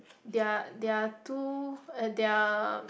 their their two eh their